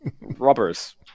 robbers